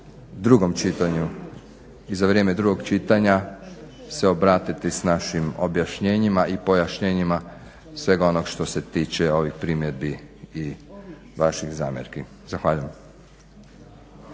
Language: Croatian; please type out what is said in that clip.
drugom čitanju i za vrijeme drugog čitanja se obratiti s našim objašnjenjima i pojašnjenjima svega onog što se tiče ovih primjedbi i vaših zamjerki. Zahvaljujem.